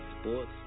Sports